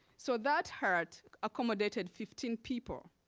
so that hut accommodated fifteen people.